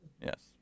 yes